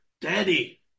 Daddy